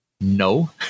no